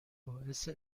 باعث